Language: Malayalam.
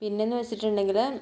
പിന്നെന്നു വച്ചിട്ടുണ്ടെങ്കിൽ